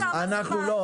אנחנו לא.